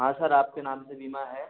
हाँ सर आपके नाम से बीमा है